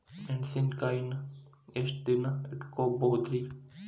ಮೆಣಸಿನಕಾಯಿನಾ ಎಷ್ಟ ದಿನ ಇಟ್ಕೋಬೊದ್ರೇ?